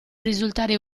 risultare